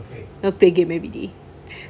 want play game maybe